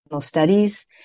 studies